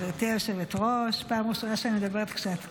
גברתי היושבת-ראש, פעם ראשונה שאני מדברת שאת כאן.